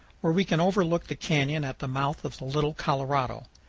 where we can overlook the canyon at the mouth of the little colorado.